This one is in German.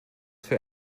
für